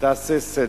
תעשה סדר.